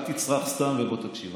אל תצרח סתם ובוא תקשיב.